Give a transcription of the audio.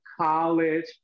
college